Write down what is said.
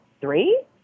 three